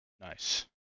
nice